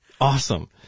Awesome